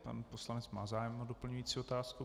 Pan poslanec má zájem o doplňující otázku.